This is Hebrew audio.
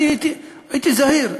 אני הייתי זהיר.